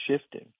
shifting